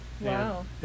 Wow